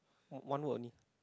one word only